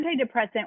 antidepressant